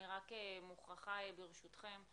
אני מוכרחה, ברשותכם,